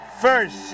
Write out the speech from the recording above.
first